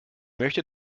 möchte